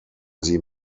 sie